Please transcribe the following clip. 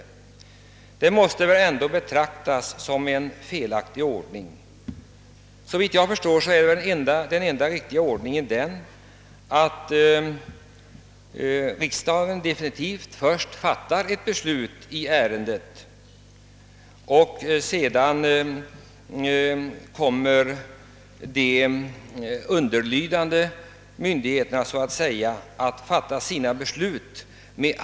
Det måste väl betraktas som en felaktig ordning. Såvitt jag förstår är den enda riktiga ordningen att riksdagen fattar definitivt beslut i ärendet och att de underlydande myndigheterna sedan fattar sina beslut.